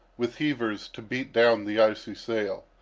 with heavers, to beat down the icy sail.